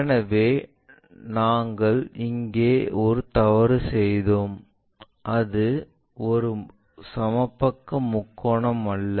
எனவே நாங்கள் இங்கே ஒரு தவறு செய்தோம் அது ஒரு சமபக்க முக்கோணம் அல்ல